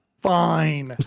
Fine